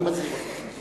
אני מזהיר אותך.